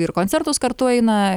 ir koncertus kartu eina